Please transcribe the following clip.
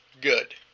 good